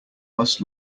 must